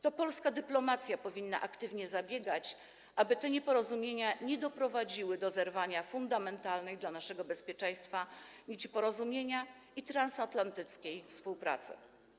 To polska dyplomacja powinna aktywnie zabiegać o to, aby nieporozumienia nie doprowadziły do zerwania fundamentalnej dla naszego bezpieczeństwa nici porozumienia i transatlantyckiej współpracy.